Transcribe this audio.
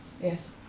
yes